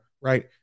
right